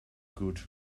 good